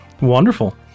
Wonderful